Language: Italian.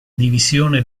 divisione